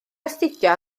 astudio